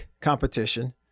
competition